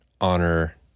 honor